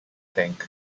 tank